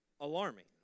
Alarming